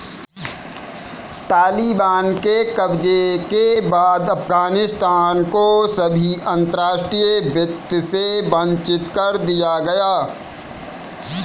तालिबान के कब्जे के बाद अफगानिस्तान को सभी अंतरराष्ट्रीय वित्त से वंचित कर दिया गया